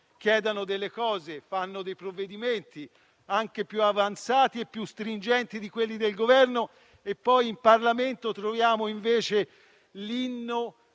chiedono delle cose, fanno dei provvedimenti anche più avanzati e più stringenti di quelli del Governo, e poi in Parlamento troviamo invece l'inno